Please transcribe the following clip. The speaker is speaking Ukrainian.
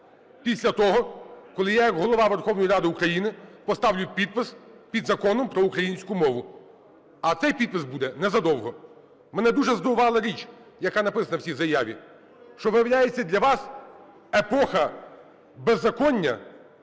після того, коли я як Голова Верховної Ради України поставлю підпис під Законом про українську мову. А цей підпис буде незадовго. Мене дуже здивувала річ, яка написана в цій заяві, що, виявляється, для вас епоха беззаконня,